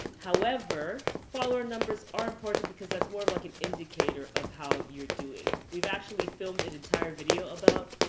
however, follower numbers are important because that's more of like an indicator of how you're doing. we've actually filmed an entire video about,